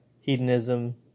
Hedonism